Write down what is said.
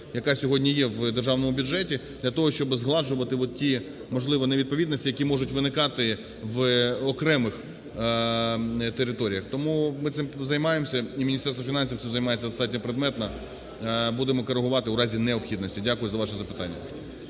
яка сьогодні є в державному бюджеті, для того, щоб згладжувати ті, можливо, невідповідності, які можуть виникати в окремих територіях. Тому ми цим займаємося. І Міністерство фінансів цим займається достатньо предметно. Будемо коригувати у разі необхідності. Дякую за ваше запитання.